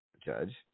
Judge